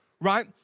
right